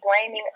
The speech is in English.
blaming